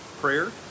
prayer